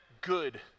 good